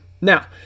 Now